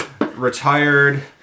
retired